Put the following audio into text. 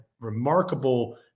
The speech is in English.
remarkable